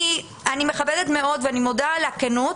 אני מכבדת מאוד ואני מודה על הכנות,